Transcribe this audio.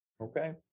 Okay